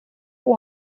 com